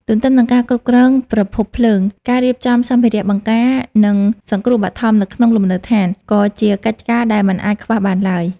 ទន្ទឹមនឹងការគ្រប់គ្រងប្រភពភ្លើង ការរៀបចំសម្ភារៈបង្ការ និងសង្គ្រោះបឋមនៅក្នុងលំនៅដ្ឋាន ក៏ជាកិច្ចការដែលមិនអាចខ្វះបានឡើយ។